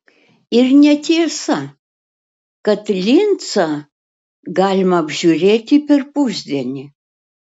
ir netiesa kad lincą galima apžiūrėti per pusdienį